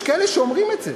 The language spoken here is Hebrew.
יש כאלה שאומרים את זה.